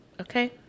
Okay